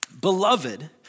Beloved